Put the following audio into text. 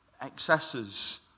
excesses